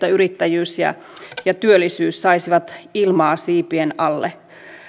yrittäjyys ja ja työllisyys saisivat ilmaa siipien alle